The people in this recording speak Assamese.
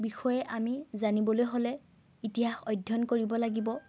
বিষয়ে আমি জানিবলৈ হ'লে ইতিহাস অধ্যয়ন কৰিব লাগিব